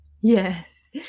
yes